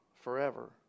forever